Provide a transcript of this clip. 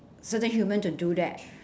certain human to do that